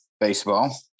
baseball